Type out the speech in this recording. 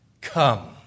come